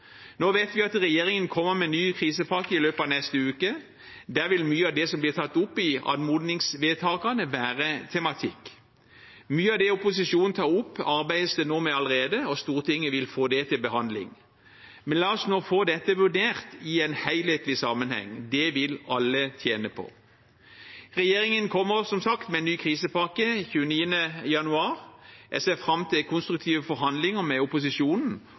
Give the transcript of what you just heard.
Nå vet vi at regjeringen kommer med ny krisepakke i løpet av neste uke. Der vil mye av det som blir tatt opp i anmodningsvedtakene, være tematikk. Mye av det opposisjonen tar opp, arbeides det med allerede, og Stortinget vil få det til behandling. Men la oss få dette vurdert i en helhetlig sammenheng. Det vil alle tjene på. Regjeringen kommer som sagt med ny krisepakke 29. januar. Jeg ser fram til konstruktive forhandlinger med opposisjonen